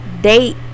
date